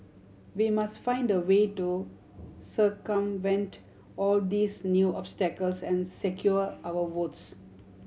we must find a way to circumvent all these new obstacles and secure our votes